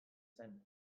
zen